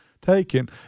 taken